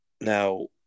Now